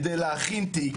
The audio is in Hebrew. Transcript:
כדי להכין תיק,